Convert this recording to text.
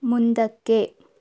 ಮುಂದಕ್ಕೆ